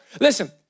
Listen